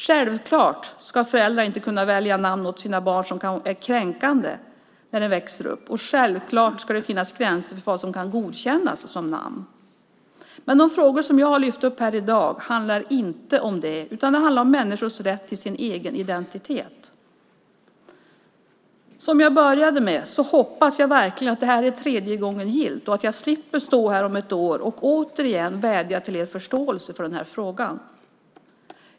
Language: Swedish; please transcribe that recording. Självklart ska föräldrar inte kunna välja namn åt sina barn som är kränkande när barnet växer upp, och självklart ska det finnas gränser för vad som kan godkännas som namn. Men de frågor som jag har lyft upp här i dag handlar inte om det utan om människors rätt till sin egen identitet. Som jag började med hoppas jag verkligen att det här är tredje gången gillt och att jag slipper stå här om ett år och återigen vädja till er förståelse för den här frågan.